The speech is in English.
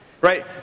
right